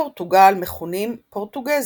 בני פורטוגל מכונים פורטוגזים,